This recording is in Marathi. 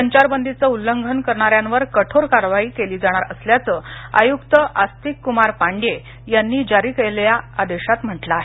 संचारबंदीचं उल्लंघन करणाऱ्यांवर कठोर कारवाई केली जाणार असल्याचं आयुक्त आस्तिक कुमार पांडये यांनी जारी केलेल्या आदेशात म्हटलं आहे